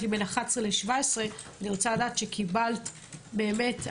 עכשיו את אומרת לי בין 11 ל-17 ואני רוצה לדעת שקיבלת הערכה